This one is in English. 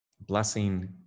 Blessing